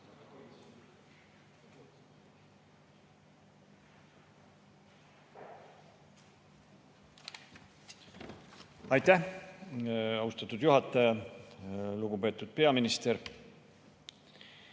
Aitäh, austatud juhataja! Lugupeetud peaminister!